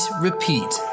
Repeat